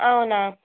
అవునా